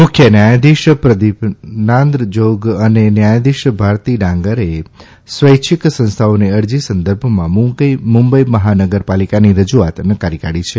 મુખ્ય ન્યાયાધીશ પ્રદીપ નાંદ્રજોગ અને ન્યાયાધીશ ભારતી ડાંગરેએ સ્વૈચ્છિક સંસ્થાઓની અરજી સંદર્ભમાં મુંબઇ મહાનગર પાલિકાની રજુઆત નકારી કાઢી છે